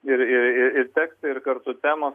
ir ir ir tekstai ir kartu temos